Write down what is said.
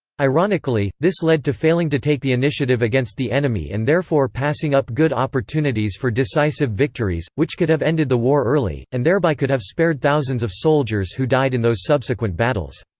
ironically, this led to failing to take the initiative against the enemy and therefore passing up good opportunities for decisive victories, which could have ended the war early, and thereby could have spared thousands of soldiers who died in those subsequent battles.